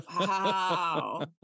Wow